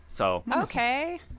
Okay